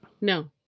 No